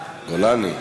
גולני.